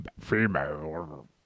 female